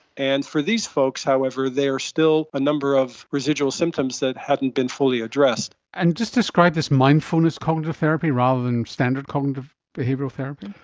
and for these folks, however, there are still a number of residual symptoms that hadn't been fully addressed. and just describe this mindfulness cognitive therapy rather than standard cognitive behavioural therapy.